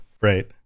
right